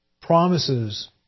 promises